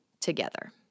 together